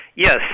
Yes